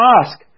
ask